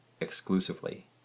exclusively